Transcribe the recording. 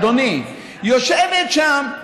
אדוני: יושבת שם,